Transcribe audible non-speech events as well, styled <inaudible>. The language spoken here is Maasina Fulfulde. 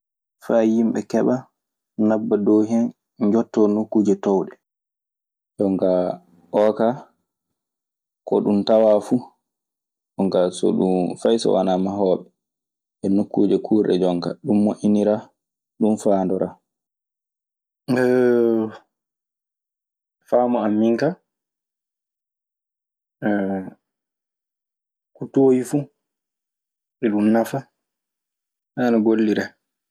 Faa Yimɓe keɓa nabba dow hen njottoo nokkuuje towɗe. Jon aa oo kaa ko ɗun tawaa fu, ɗun kaa so ɗun fay so wanaa mahooɓe e nokkuje kuurɗe jon kaa. Ɗun moƴƴiniraa. Ɗun faandoraa. <hesitation> Faamu an min ka <hesitation> ko toowi fu iɗun nafa, ana golliree.